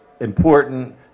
important